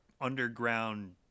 underground